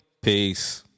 Peace